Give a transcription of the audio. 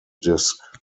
disc